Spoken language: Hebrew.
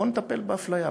בוא נטפל באפליה,